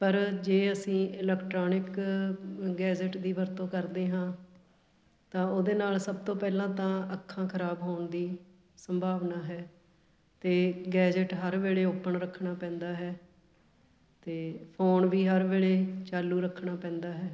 ਪਰ ਜੇ ਅਸੀਂ ਇਲੈਕਟ੍ਰੋਨਿਕ ਗੈਜਟ ਦੀ ਵਰਤੋਂ ਕਰਦੇ ਹਾਂ ਤਾਂ ਉਹਦੇ ਨਾਲ ਸਭ ਤੋਂ ਪਹਿਲਾਂ ਤਾਂ ਅੱਖਾਂ ਖਰਾਬ ਹੋਣ ਦੀ ਸੰਭਾਵਨਾ ਹੈ ਅਤੇ ਗੈਜਟ ਹਰ ਵੇਲੇ ਓਪਨ ਰੱਖਣਾ ਪੈਂਦਾ ਹੈ ਅਤੇ ਫੋਨ ਵੀ ਹਰ ਵੇਲੇ ਚਾਲੂ ਰੱਖਣਾ ਪੈਂਦਾ ਹੈ